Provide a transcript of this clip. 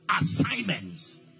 Assignments